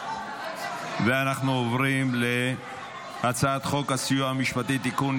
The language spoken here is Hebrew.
אנחנו עוברים להצעת חוק הסיוע המשפטי (תיקון,